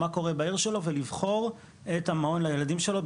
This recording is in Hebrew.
מה קורה בעיר שלו ולבחור את המעון לילדים שלו,